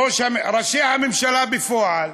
ראשי הממשלה בפועל,